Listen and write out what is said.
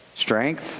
strength